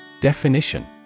Definition